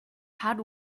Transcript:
had